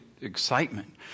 excitement